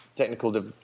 technical